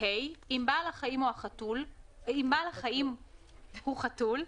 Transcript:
(ה)אם בעל החיים הוא חתול,